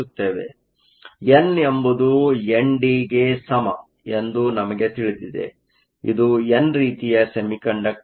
ಆದ್ದರಿಂದ ಎನ್ ಎಂಬುದು ಎನ್ ಡಿಗೆ ಸಮ ಎಂದು ನಮಗೆ ತಿಳಿದಿದೆ ಇದು ಎನ್ ರೀತಿಯ ಸೆಮಿಕಂಡಕ್ಟರ್ ಆಗಿದೆ